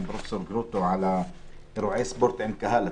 פרופסור גרוטו לגבי אירועי ספורט עם קהל.